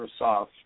Microsoft